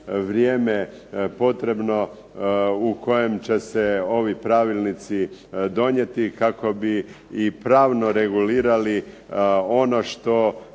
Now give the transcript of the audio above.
vrijeme potrebno u kojem će se ovi pravilnici donijeti kako bi i pravno regulirali ono što